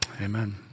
amen